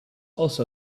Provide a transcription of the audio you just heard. also